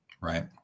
right